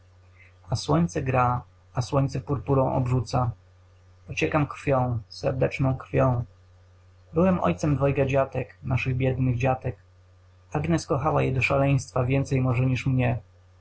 a słońce gra a słońce purpurą obrzuca ociekam krwią serdeczną krwią byłem ojcem dwojga dziatek naszych biednych dziatek agnes kochała je do szaleństwa więcej może niż mnie